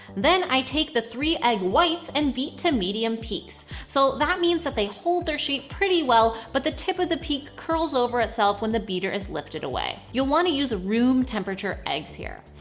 then i take the three egg whites and beat to medium peaks so that means that they hold their shape pretty well but the tip of the peak curls over itself when the beater is lifted away. you'll wanna use room temperature eggs here.